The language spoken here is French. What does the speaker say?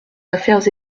affaires